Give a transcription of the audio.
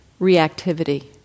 reactivity